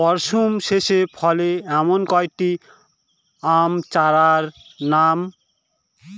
মরশুম শেষে ফলে এমন কয়েক টি আম চারার নাম?